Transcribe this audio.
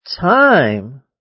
Time